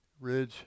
Ridge